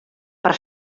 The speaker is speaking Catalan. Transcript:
per